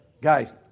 Guys